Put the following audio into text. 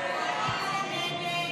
הסתייגות 1 לא נתקבלה.